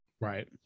Right